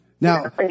Now